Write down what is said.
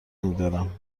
میدارم